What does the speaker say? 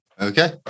Okay